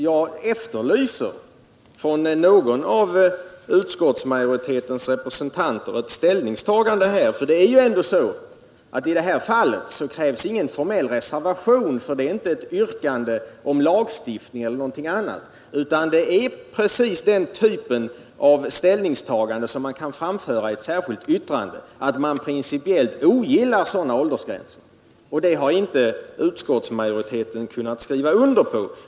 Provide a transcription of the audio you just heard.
Jag efterlyser från någon av utskottsmajoritetens representanter ett ställningstagande, för i det här fallet krävs ingen formell reservation. Det är ju inte fråga om ett yrkande om lagstiftning e. d., utan det gäller precis den typ av ställningstagande som man kan framföra i ett särskilt yttrande, nämligen att man principiellt ogillar sådana åldersgränser. Det har inte utskottsmajoriteten kunnat skriva under på.